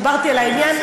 דיברתי על העניין,